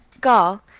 gaul,